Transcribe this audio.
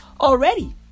already